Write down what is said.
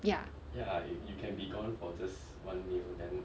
ya